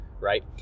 Right